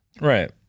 Right